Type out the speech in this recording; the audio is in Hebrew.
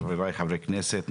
חבריי חברי הכנסת,